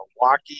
Milwaukee